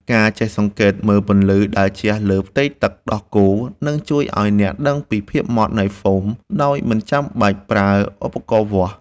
ការចេះសង្កេតមើលពន្លឺដែលជះលើផ្ទៃទឹកដោះគោនឹងជួយឱ្យអ្នកដឹងពីភាពម៉ត់នៃហ្វូមដោយមិនចាំបាច់ប្រើឧបករណ៍វាស់។